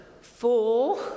Four